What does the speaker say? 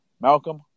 Malcolm